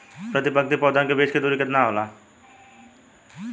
प्रति पंक्ति पौधे के बीच की दूरी केतना होला?